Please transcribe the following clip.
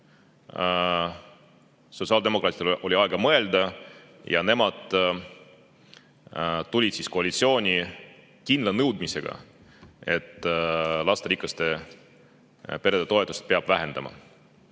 Sotsiaaldemokraatidel oli nüüd aega mõelda ja nemad tulid koalitsiooni kindla nõudmisega, et lasterikaste perede toetusi peab vähendama.